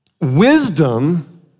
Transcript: Wisdom